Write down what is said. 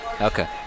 Okay